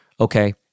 okay